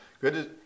Good